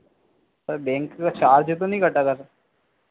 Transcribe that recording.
sir bank का charge तो नहीं कटा था सर